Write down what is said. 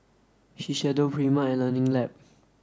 Shiseido Prima and Learning Lab